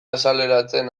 azaleratzen